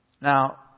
Now